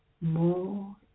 more